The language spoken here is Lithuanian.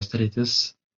sritis